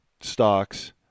stocks